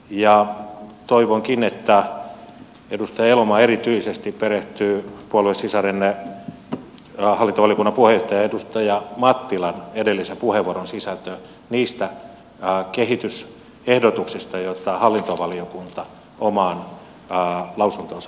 toivonkin että edustaja elomaa erityisesti perehtyy puoluesisarenne hallintovaliokunnan puheenjohtaja edustaja mattilan edellisen puheenvuoron sisältöön koskien niitä kehitysehdotuksia joita hallintovaliokunta omaan lausuntoonsa tästä asiasta teki